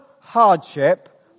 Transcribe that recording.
hardship